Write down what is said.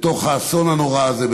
בתוך האסון הנורא הזה,